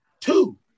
two